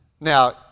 Now